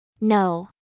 No